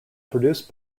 produced